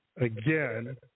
again